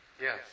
Yes